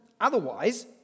Otherwise